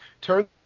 turn